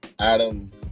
Adam